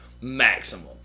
maximum